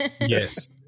Yes